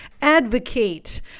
advocate